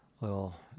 Little